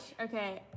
Okay